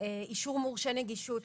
אישור מורשה נגישות,